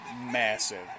massive